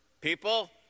People